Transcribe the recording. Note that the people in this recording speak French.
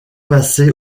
passés